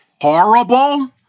horrible